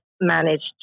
managed